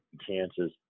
chances